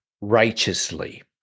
righteously